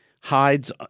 hides –